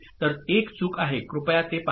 तर एक चूक आहे कृपया ते पहा